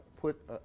put